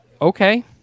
okay